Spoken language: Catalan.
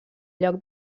lloc